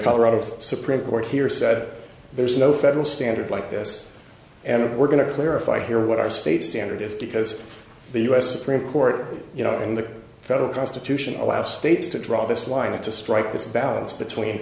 colorado supreme court here said there is no federal standard like this and we're going to clarify here what our state standard is because the u s supreme court you know in the federal constitution allows states to draw this line and to strike this balance between